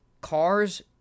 cars